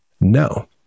No